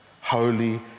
holy